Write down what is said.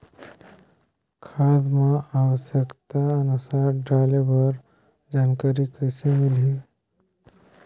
खाद ल आवश्यकता अनुसार डाले बर जानकारी कइसे मिलही?